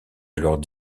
alors